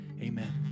amen